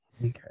Okay